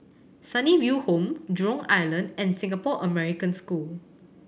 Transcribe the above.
Sunnyville Home Jurong Island and Singapore American School